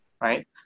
right